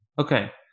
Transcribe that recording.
Okay